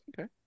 Okay